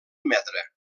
metre